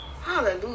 Hallelujah